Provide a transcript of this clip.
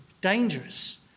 dangerous